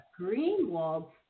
Greenwald